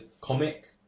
comic